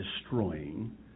destroying